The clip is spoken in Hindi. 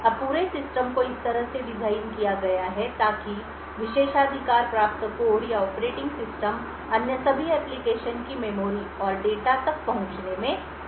अब पूरे सिस्टम को इस तरह से डिज़ाइन किया गया है ताकि विशेषाधिकार प्राप्त कोड या ऑपरेटिंग सिस्टम अन्य सभी एप्लिकेशन की मेमोरी और डेटा तक पहुंचने में सक्षम हो